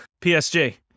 PSG